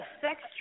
sex